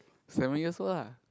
seven years old ah